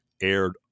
aired